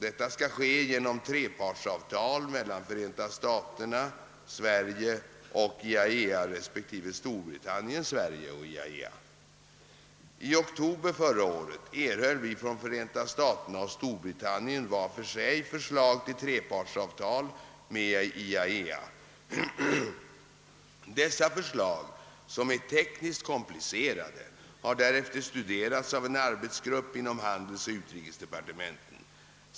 Detta skall ske genom trepartsavtal mellan Förenta staterna, Sverige och IAEA respektive Storbritannien, Sverige och IAEA. I oktober förra året erhöll vi från Förenta staterna och Storbritannien var för sig förslag till trepartsavtal med IAEA. Dessa förslag, som är tekniskt komplicerade, har därefter studerats av en arbetsgrupp inom handelsoch utrikesdepartementen.